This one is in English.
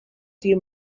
few